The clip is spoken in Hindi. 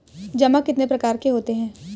जमा कितने प्रकार के होते हैं?